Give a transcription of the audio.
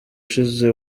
ushize